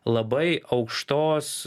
labai aukštos